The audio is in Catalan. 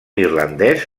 irlandès